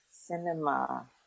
Cinema